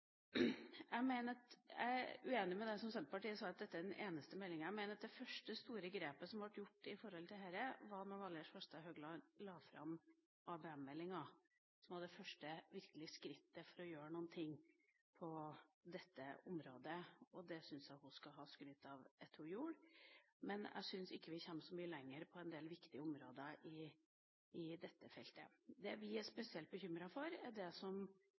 Jeg er uenig med det som Senterpartiet sa, om at dette er den eneste meldinga. Jeg mener at det første store grepet som ble gjort i dette, var da Valgerd Svarstad Haugland la fram ABM-meldinga, som var det første virkelige skrittet for å gjøre noe på dette området. Det syns jeg hun skal ha skryt for at hun gjorde, men jeg syns ikke vi kommer så mye lenger på en del viktige områder på dette feltet. Det vi er spesielt bekymret for, er det som